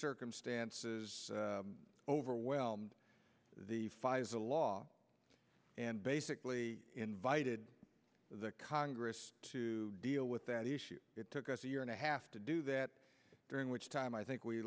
circumstances overwhelmed the pfizer law and basically invited the congress to deal with that issue it took us a year and a half to do that during which time i think we